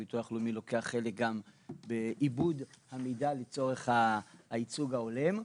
הביטוח הלאומי לוקח חלק גם בעיבוד המידע לצורך הייצוג ההולם.